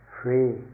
free